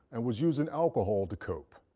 and was using alcohol to cope.